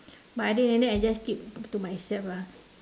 but other than that I just keep to myself lah